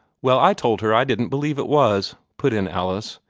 well, i told her i didn't believe it was, put in alice,